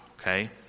okay